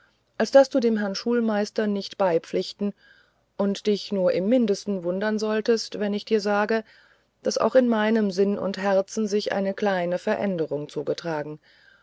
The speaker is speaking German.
als daß du dem herrn schulmeister nicht beipflichten und dich nur im mindesten verwundern solltest wenn ich dir sage daß auch in meinem sinn und herzen sich eine kleine veränderung zugetragen